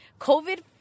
COVID